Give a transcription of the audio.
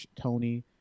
Tony